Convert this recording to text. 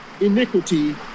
iniquity